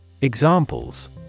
Examples